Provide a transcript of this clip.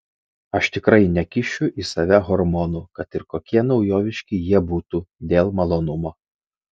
aš tikrai nekišiu į save hormonų kad ir kokie naujoviški jie būtų dėl malonumo